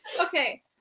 Okay